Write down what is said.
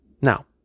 Now